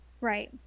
right